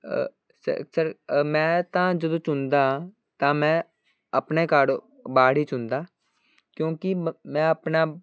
ਮੈਂ ਤਾਂ ਜਦੋਂ ਚੁਣਦਾ ਤਾਂ ਮੈਂ ਆਪਣਾ ਕਾੜੋਬਾੜ ਹੀ ਚੁਣਦਾ ਕਿਉਂਕਿ ਮੈਂ ਮੈਂ ਆਪਣਾ